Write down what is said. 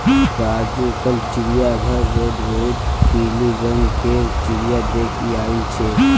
राजू कल चिड़ियाघर रोड रोहित पिली रंग गेर चिरया देख याईल छे